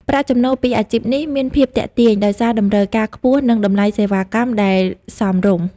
ប្រាក់ចំណូលពីអាជីពនេះមានភាពទាក់ទាញ ដោយសារតម្រូវការខ្ពស់ និងតម្លៃសេវាកម្មដែលសមរម្យ។